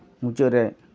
ᱢᱩᱪᱟᱹᱫ ᱨᱮ